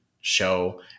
show